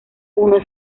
uno